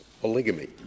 polygamy